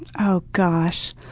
oh gosh.